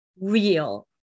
real